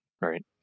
Right